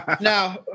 Now